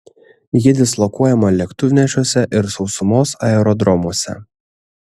ji dislokuojama lėktuvnešiuose ir sausumos aerodromuose